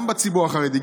גם בציבור החרדי,